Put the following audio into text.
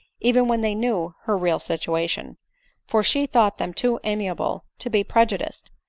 even when they knew her real situation for she thought them too amiable to be prejudiced,